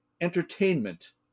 entertainment